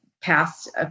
passed